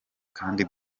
kandi